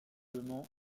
allemands